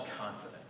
confident